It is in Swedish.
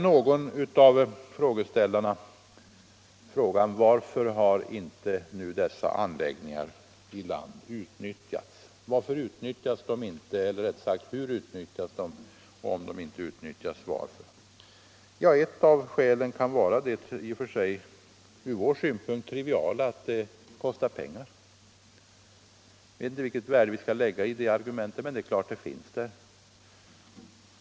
Någon av talarna frågade hur dessa anläggningar utnyttjas och varför de inte utnyttjas, om det är fallet. Ett av skälen kan vara det triviala att det kostar pengar. Jag vet inte riktigt vilken vikt vi skall tillmäta det argumentet, men det finns där.